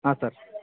ಹಾಂ ಸರ್